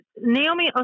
Naomi